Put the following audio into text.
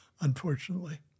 unfortunately